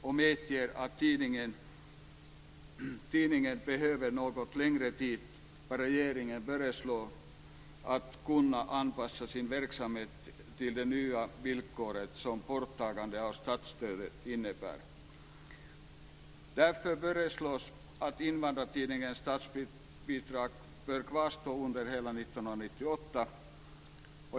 Man medger att tidningen behöver något längre tid än vad regeringen föreslår för att kunna anpassa sin verksamhet till de nya villkor som borttagandet av statsstöd innebär. Därför föreslås att Invandrartidningens statsbidrag bör kvarstå under hela 1998.